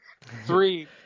Three